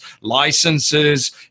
licenses